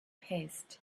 paste